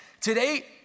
Today